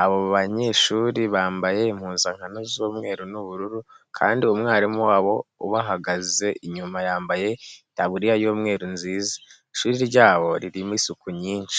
Abo banyeshuri bambaye impuzankano z'umweru n'ubururu kandi mwarimu wabo ubahagaze inyuma yambaye itaburiya y'umweru nziza. Ishuri ryabo ririmo isuku nyinshi.